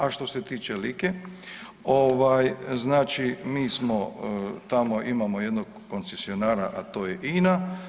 A što se tiče Like znači mi smo, tamo imamo jednog koncesionara a to je INA.